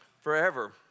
forever